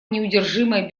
неудержимая